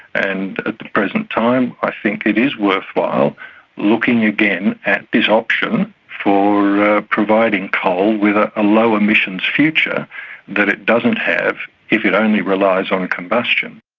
and at the present time i think it is worthwhile looking again at this option for providing coal with ah a low emissions future that it doesn't have if it only relies on combustion.